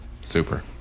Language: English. Super